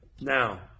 Now